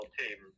team